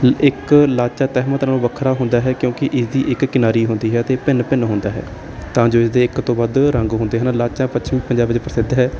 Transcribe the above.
ਇੱਕ ਲਾਚਾ ਤਹਿਮਤ ਨਾਲੋਂ ਵੱਖਰਾ ਹੁੰਦਾ ਹੈ ਕਿਉਂਕਿ ਇਸ ਦੀ ਇੱਕ ਕਿਨਾਰੀ ਹੁੰਦੀ ਹੈ ਅਤੇ ਭਿੰਨ ਭਿੰਨ ਹੁੰਦਾ ਹੈ ਤਾਂ ਜੋ ਇਸਦੇ ਇੱਕ ਤੋਂ ਵੱਧ ਰੰਗ ਹੁੰਦੇ ਹਨ ਲਾਚਾ ਪੱਛਮੀ ਪੰਜਾਬ ਵਿੱਚ ਪ੍ਰਸਿੱਧ ਹੈ